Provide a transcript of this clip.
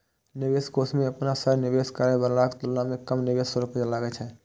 निवेश कोष मे अपना सं निवेश करै बलाक तुलना मे कम निवेश शुल्क लागै छै